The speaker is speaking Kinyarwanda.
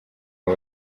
abo